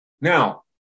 Now